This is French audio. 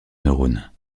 neurones